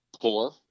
poor